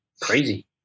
crazy